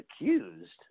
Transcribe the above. accused